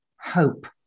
Hope